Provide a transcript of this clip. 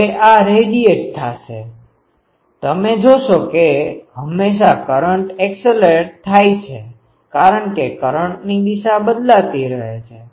હવે આ રેડિયેટ થાશે તમે જોશો કે હંમેશાં કરંટ એકસેલરેટ થાય છે કારણ કે કરંટની દિશા બદલાતી રહે છે